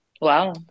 Wow